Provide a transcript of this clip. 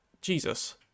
Jesus